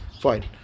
Fine